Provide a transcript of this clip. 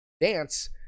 dance